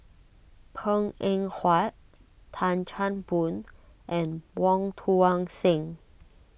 Png Eng Huat Tan Chan Boon and Wong Tuang Seng